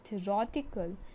theoretical